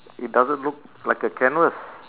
it doesn't look like a canvas